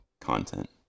content